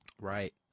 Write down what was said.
Right